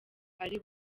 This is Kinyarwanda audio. ari